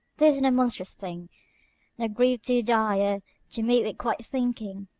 this is no monstrous thing no grief too dire to meet with quiet thinking.